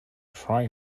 try